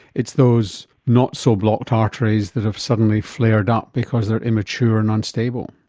it's those not so blocked arteries that have suddenly flared up because they are immature and unstable.